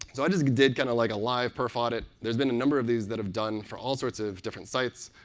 so i just did, kind of like, a live perf audit. there's been a number of these that i've done for all sorts of different sites.